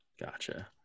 Gotcha